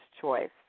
choice